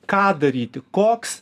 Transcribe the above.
ką daryti koks